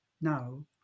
now